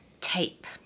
tape